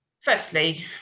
firstly